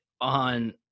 on